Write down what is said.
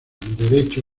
derecho